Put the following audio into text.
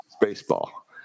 Baseball